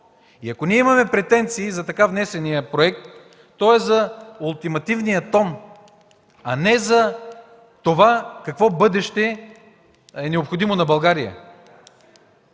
Ако ние имаме претенции за така внесения проект, то е за ултимативния тон, а не за това какво бъдеще е необходимо на България.